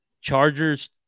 Chargers